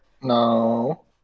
No